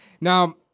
Now